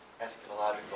eschatological